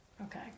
Okay